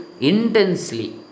intensely